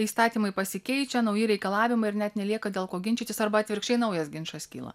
įstatymai pasikeičia nauji reikalavimai ir net nelieka dėl ko ginčytis arba atvirkščiai naujas ginčas kyla